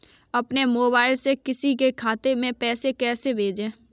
अपने मोबाइल से किसी के खाते में पैसे कैसे भेजें?